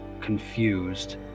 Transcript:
confused